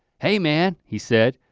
hey man, he said,